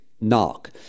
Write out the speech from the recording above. knock